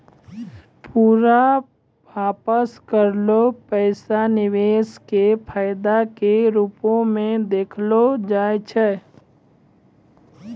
पूरा वापस करलो पैसा निवेश के फायदा के रुपो मे देखलो जाय छै